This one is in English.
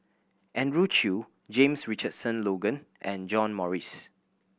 Andrew Chew James Richardson Logan and John Morrice